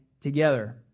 together